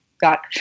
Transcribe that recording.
got